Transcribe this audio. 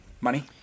Money